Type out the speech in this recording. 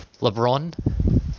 LeBron